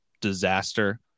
disaster